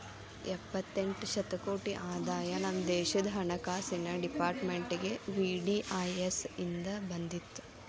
ಎಪ್ಪತ್ತೆಂಟ ಶತಕೋಟಿ ಆದಾಯ ನಮ ದೇಶದ್ ಹಣಕಾಸಿನ್ ಡೆಪಾರ್ಟ್ಮೆಂಟ್ಗೆ ವಿ.ಡಿ.ಐ.ಎಸ್ ಇಂದ್ ಬಂದಿತ್